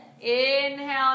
Inhale